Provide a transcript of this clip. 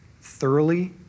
thoroughly